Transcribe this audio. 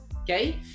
Okay